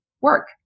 work